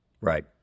Right